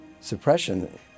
suppression